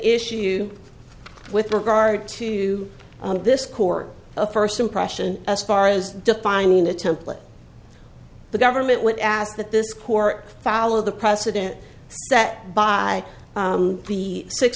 issue with regard to this court of first impression as far as defining a template the government would ask that this court follow the president that by the six